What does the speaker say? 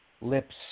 lips